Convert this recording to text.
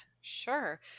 Sure